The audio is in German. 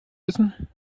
wissen